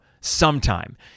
sometime